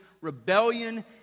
rebellion